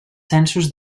censos